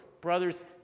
Brothers